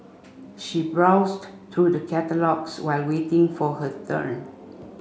she browsed through the catalogues while waiting for her turn